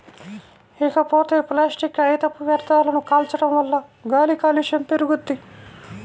ఇకపోతే ప్లాసిట్ కాగితపు వ్యర్థాలను కాల్చడం వల్ల గాలి కాలుష్యం పెరుగుద్ది